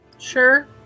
Sure